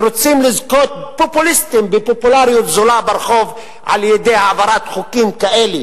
שרוצים לזכות בפופולריות זולה ברחוב על-ידי העברת חוקים כאלה